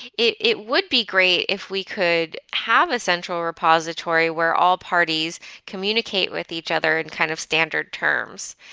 it it would be great if we could have a central repository where all parties communicate with each other kind and kind of standard terms.